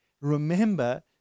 Remember